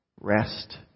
rest